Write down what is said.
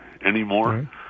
anymore